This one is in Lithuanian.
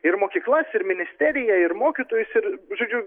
ir mokyklas ir ministeriją ir mokytojus ir žodžiu